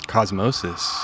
Cosmosis